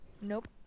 Nope